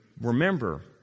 remember